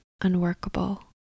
unworkable